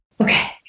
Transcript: okay